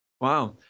Wow